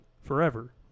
forever